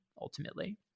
ultimately